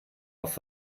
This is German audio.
auf